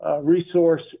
Resource